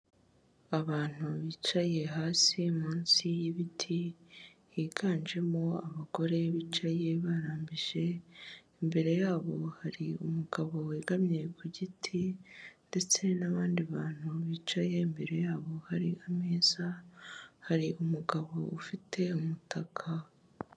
Abantu bicaye hasi munsi y'ibiti higanjemo abagore bicaye barambije imbere yabo hari umugabo wegamye ku giti ndetse n'abandi bantu bicaye imbere yabo hari ameza hari umugabo ufite umutaka.